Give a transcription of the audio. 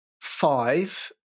five